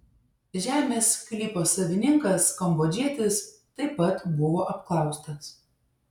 žemės sklypo savininkas kambodžietis taip pat buvo apklaustas